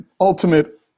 ultimate